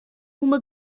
uma